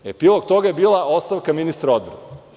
Epilog toga je bila ostavka ministra odbrane.